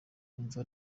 wumva